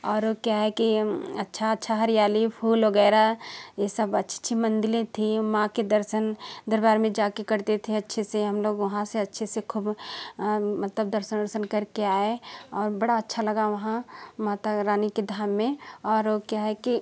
और वो क्या है कि अच्छा अच्छा हरियाली फूल वगैरह ये सब अच्छी अच्छी मंदिरे थीं माँ के दर्शन दरबार में जा के करते थे अच्छे से हम लोग वहाँ से अच्छे से खूब मतलब दर्शन उर्शन करके आए और बड़ा अच्छा लगा वहाँ माता रानी के धाम में और वो क्या है कि